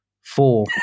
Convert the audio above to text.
Four